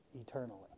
eternally